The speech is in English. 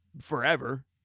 forever